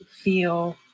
feel